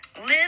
live